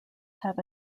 have